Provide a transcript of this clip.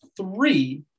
three